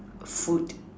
food